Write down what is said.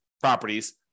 properties